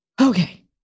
Okay